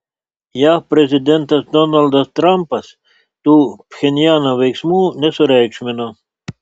jav prezidentas donaldas trampas tų pchenjano veiksmų nesureikšmino